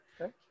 Okay